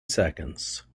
seconds